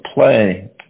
play